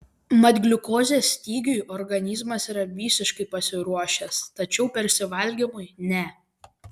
mat gliukozės stygiui organizmas yra visiškai pasiruošęs tačiau persivalgymui ne